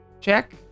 check